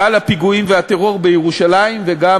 גל הפיגועים והטרור בירושלים וגם